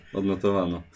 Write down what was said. odnotowano